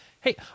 Hey